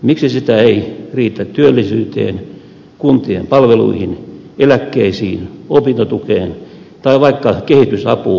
miksi sitä ei riitä työllisyyteen kuntien palveluihin eläkkeisiin opintotukeen tai vaikka kehitysapuun